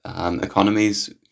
economies